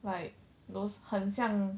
like those 很像